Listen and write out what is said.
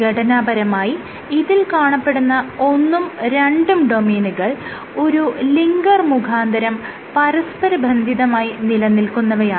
ഘടനാപരമായി ഇതിൽ കാണപ്പെടുന്ന ഒന്നും രണ്ടും ഡൊമെയ്നുകൾ ഒരു ലിങ്കർ മുഖാന്തരം പരസ്പരബന്ധിതമായി നിലനിൽക്കുന്നവയാണ്